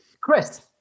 Chris